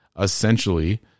essentially